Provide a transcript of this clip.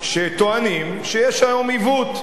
שטוענים שיש היום עיוות,